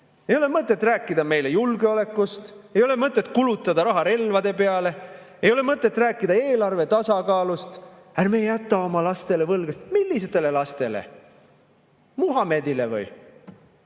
Ei ole mõtet rääkida meile julgeolekust, ei ole mõtet kulutada raha relvade peale, ei ole mõtet rääkida eelarve tasakaalust. "Ärme jäta oma lastele võlgasid!" Millistele lastele? Muhamedile või?